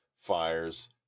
fires